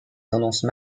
tendance